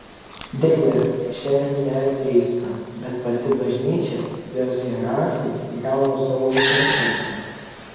deja šiandien ne ateistai bet pati bažnyčia jos hierarchai griauna savo autoritetą